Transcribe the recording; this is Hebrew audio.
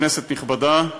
כנסת נכבדה,